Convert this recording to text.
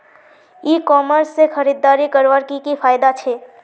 ई commerce से खरीदारी करवार की की फायदा छे?